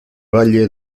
valle